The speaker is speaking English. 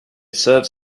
serves